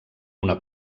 una